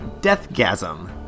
Deathgasm